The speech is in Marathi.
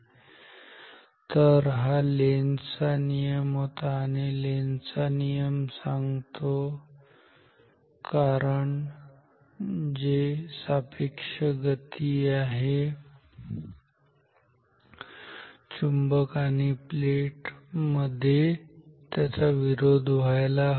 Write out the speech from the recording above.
तऱ हा लेंझचा नियम होता लेंझचा नियम सांगतो कारण जे सापेक्ष गती आहे चुंबक आणि प्लेट मध्ये त्याचा विरोध व्हायला हवा